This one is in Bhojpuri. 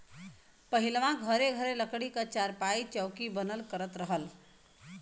पहिलवां घरे घरे लकड़ी क चारपाई, चौकी बनल करत रहल